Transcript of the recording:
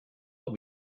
all